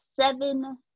Seven